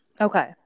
Okay